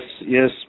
yes